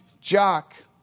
jock